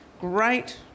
Great